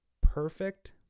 perfect